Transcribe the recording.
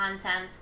content